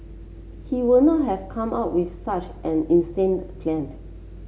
he would not have come up with such an insane plan